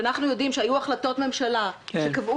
כשאנחנו יודעים שהיו החלטות ממשלה שקבעו